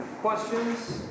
questions